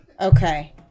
Okay